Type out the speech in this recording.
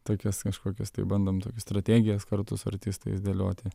tokias kažkokias tai bandom tokias strategijas kartu su artistais dėlioti